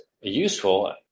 useful